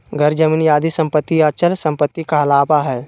घर, जमीन आदि सम्पत्ति अचल सम्पत्ति कहलावा हइ